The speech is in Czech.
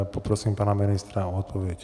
Poprosím pana ministra o odpověď.